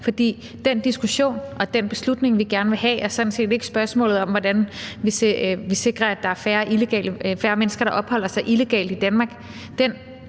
For den diskussion og den beslutning, vi gerne vil have, omhandler sådan set ikke spørgsmålet om, hvordan vi sikrer, at der er færre mennesker, der opholder sig illegalt i Danmark.